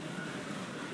כבוד נשיא המדינה, אישי שמעון